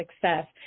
success